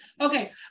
Okay